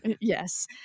Yes